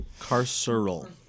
Carceral